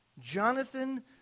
Jonathan